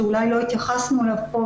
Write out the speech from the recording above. שאולי לא התייחסנו אליו כאן,